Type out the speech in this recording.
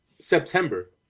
September